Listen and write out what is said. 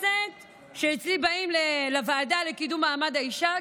כשאצלי באים לוועדה לקידום מעמד האישה,